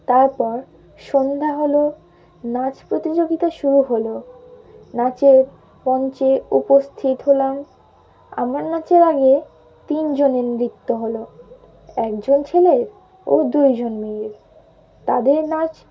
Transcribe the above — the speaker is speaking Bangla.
তারপর সন্ধ্যা হলো নাচ প্রতিযোগিতা শুরু হলো নাচের মঞ্চে উপস্থিত হলাম আমার নাচের আগে তিনজনের নৃত্য হলো একজন ছেলের ও দুইজন মেয়ের তাদের নাচ